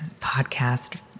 podcast